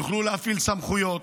יוכלו להפעיל סמכויות.